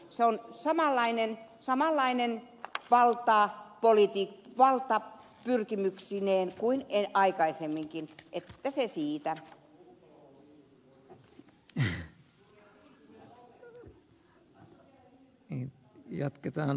se on samanlainen valtapyrkimyksineen kuin aikaisemminkin että se siitä